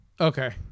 Okay